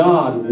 God